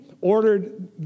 ordered